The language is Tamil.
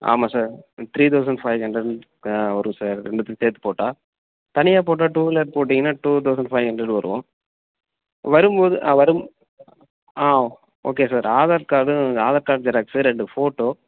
ஆமாம் sir three thousand five hundred வரும் சார் ரெண்டுத்துக்கும் சேர்த்து போட்டால் தனியாக போட்டால் டூ வீலர் போட்டிங்கனால் டூ தௌசண் ஃபைவ் ஹண்ட்ரட் வரும் வரும் போது ஆ வரும் ஓகே சார் ஆதார் கார்டும் ஆதார் கார்டு ஜெராக்ஸு ரெண்டு ஃபோட்டோ